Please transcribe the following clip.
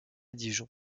dijon